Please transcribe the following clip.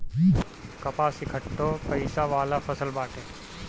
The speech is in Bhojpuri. कपास एकठो पइसा वाला फसल बाटे